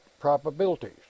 probabilities